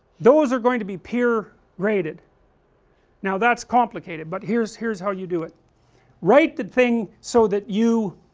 those are going to be peer rated now that's complicated but here's here's how you do it write the thing so that you